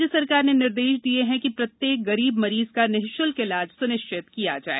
राज्य सरकार ने निर्देश दिये हैं कि प्रत्येक गरीब मरीज का निःशुल्क इलाज सुनिश्चित किया जाये